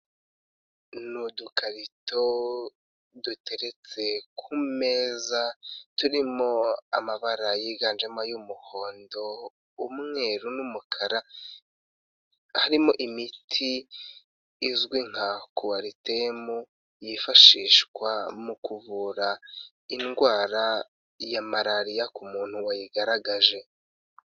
Ni udukarito duteretse ku meza turimo amabara yiganjemo y'umuhondo, umweru n'umukara, harimo imiti izwi nka kowaritemu yifashishwa mu kuvura indwara ya malariya ku muntu wayigaragaje.